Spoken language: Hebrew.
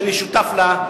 שאני שותף לה,